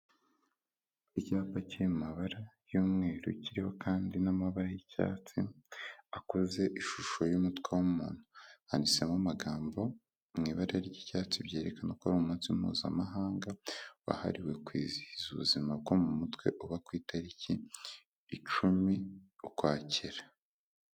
Icyapa cyiri mu amabara y'umweru kiriho kandi n'amababara y'icyatsi akoze ishusho y' yumutwe wumuntu handitsemo amagambo mu ibara ry'icyatsi byerekana ko ari umunsi mpuzamahanga wahariwe kwizihiza ubuzima bwo mu mutwe uba ku itariki icumi ukwakira.